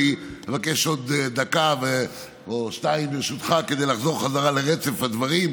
אני אבקש עוד דקה או שתיים כדי לחזור בחזרה לרצף הדברים.